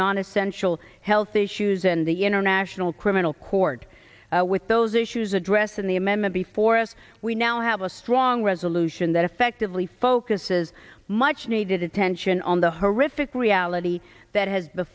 nonis sensual health issues and the international criminal court with those issues addressed in the amendment before us we now have a strong resolution that effectively focuses much needed attention on the horrific reality that has